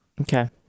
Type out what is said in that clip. Okay